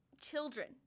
Children